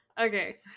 Okay